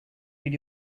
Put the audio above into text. did